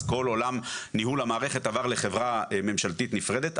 אז כל עולם ניהול המערכת עבר לחברה ממשלתית נפרדת.